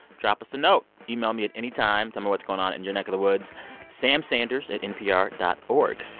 drop us a note. email me at any time. tell me what's going on in your neck of the woods samsanders at npr dot o